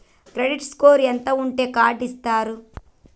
Credit score ఎంత ఉంటే card ఇస్తారు?